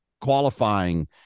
qualifying